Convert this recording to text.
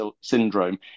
syndrome